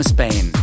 Spain